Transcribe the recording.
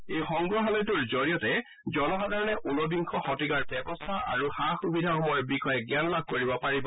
এই সংগ্ৰহালয়টোৰ জৰিয়তে জনসাধাৰণে উনবিংশ শতিকাৰ ব্যৱস্থা আৰু সা সুবিধাসমূহৰ বিষয়ে জ্ঞান লাভ কৰিব পাৰিব